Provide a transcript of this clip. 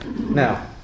Now